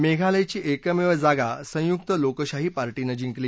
मेघालायची एकमेव जागा संयुक्त लोकशाही पार्टीनं जिंकली